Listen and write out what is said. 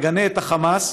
מגנה את החמאס,